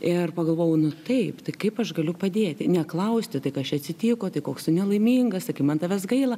ir pagalvojau nu taip tai kaip aš galiu padėti neklausti tai kas čia atsitiko tai koks tu nelaimingas tai kaip man tavęs gaila